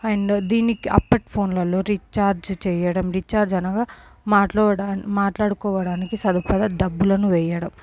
and దీనికి అప్పటి ఫోన్లలో రీఛార్జ్ చేయడం రీచార్జ్ అనగా మాట్లాడుకో మాట్లాడుకోవడానికి సరిపడ డబ్బులను వేయడం